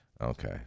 Okay